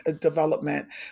development